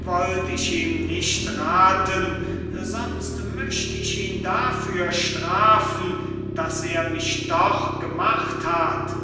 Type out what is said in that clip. wollt ich ihm nicht rathen sonst möcht ich ihn dafür strafen daß er mich doch gemacht hat